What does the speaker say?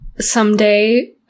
someday